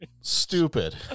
stupid